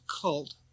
cult